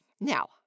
Now